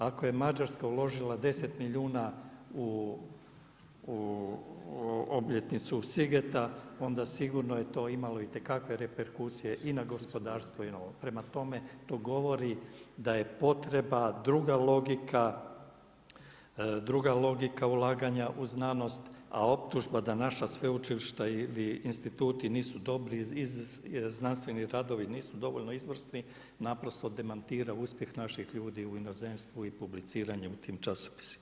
Ako je Mađarska uložila 10 milijuna u obljetnicu Sigeta, onda sigurno je to imalo itekakve reperkusije i na gospodarstvo i na, prema tome to govori da je potrebna druga logika ulaganja u znanost, a optužba da naša sveučilišta ili instituti nisu dobri, znanstveni radovi nisu dovoljno izvrsni naprosto demantira uspjeh naših ljudi u inozemstvu i publiciranje u tim časopisima.